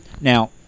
now